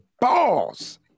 balls